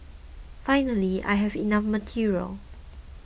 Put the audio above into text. finally I have enough material